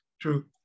True